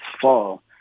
fall